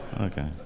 Okay